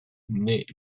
naît